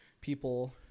people